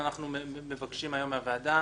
היום י"ז בטבת